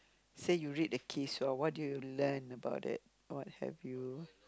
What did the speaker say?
say you read a case what do you learnt about it what have you